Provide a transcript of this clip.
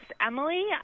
Emily